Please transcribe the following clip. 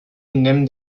indem